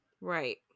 Right